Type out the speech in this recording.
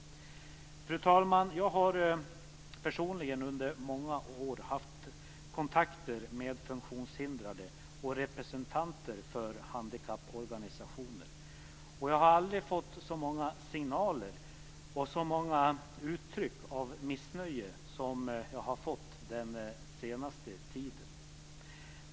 Fru talman! Jag har personligen under många år haft kontakter med funktionshindrade och representanter för handikapporganisationer. Jag har aldrig fått så många signaler om och uttryck för missnöje som den senaste tiden.